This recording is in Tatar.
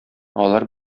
алар